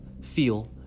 feel